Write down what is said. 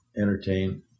entertain